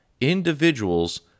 Individuals